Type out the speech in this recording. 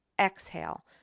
exhale